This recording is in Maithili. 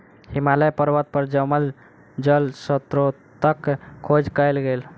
हिमालय पर्वत पर जमल जल स्त्रोतक खोज कयल गेल